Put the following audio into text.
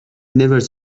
never